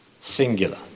Singular